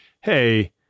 hey